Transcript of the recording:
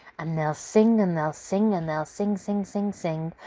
and they'll sing! and they'll sing! and they'll sing! sing! sing! sing!